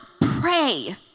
pray